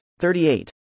38